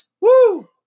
Woo